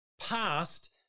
past